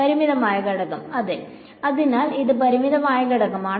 പരിമിതമായ ഘടകം അതെ അതിനാൽ ഇത് പരിമിതമായ ഘടകമാണ്